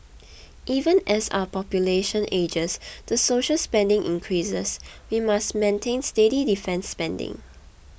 even as our population ages the social spending increases we must maintain steady defence spending